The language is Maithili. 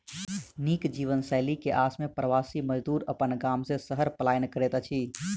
नीक जीवनशैली के आस में प्रवासी मजदूर अपन गाम से शहर पलायन करैत अछि